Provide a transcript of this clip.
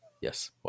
yes